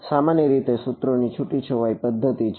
સામાન્ય રીતે તે સૂત્રોની છૂટી છવાઈ પદ્ધતિ છે